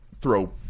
throw